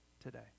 today